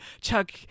Chuck